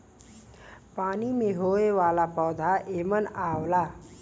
पानी में होये वाला पौधा एमन आवला